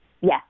Yes